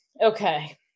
Okay